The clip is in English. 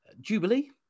Jubilee